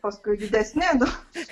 paskui didesni du